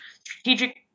strategic